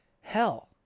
hell